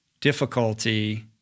difficulty